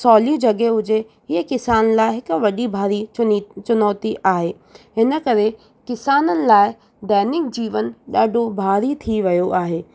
सवली जॻहि हुजे इहे किसान लाइ हिकु वॾी भारी चुनी चुनौती आहे इन करे किसाननि लाइ दैनिक जीवन ॾाढो भारी थी वियो आहे